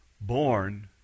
born